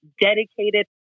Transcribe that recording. dedicated